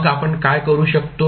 मग आपण काय करू शकतो